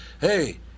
hey